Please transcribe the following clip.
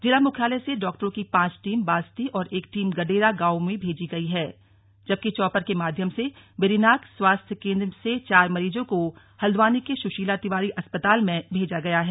जिला मुख्यालय से डाक्टरों की पांच टीम बास्ती और एक टीम गडेरा गांवों में भेजी गई है जबकि चॉपर के माध्यम से बेरीनाग स्वास्थ्य केन्द्र से चार मरीजों को हल्द्वानी के सुशीला तिवारी अस्पताल में भेजा गया है